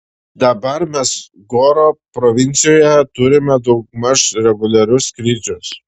dabar mes goro provincijoje turime daugmaž reguliarius skrydžius